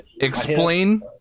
explain